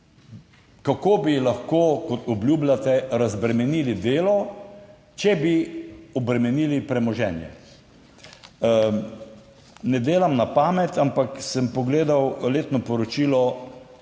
kako bi lahko, kot obljubljate, razbremenili delo, če bi obremenili premoženje. Ne delam na pamet, ampak sem pogledal letno poročilo